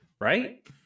Right